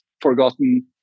forgotten